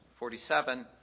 47